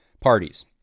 parties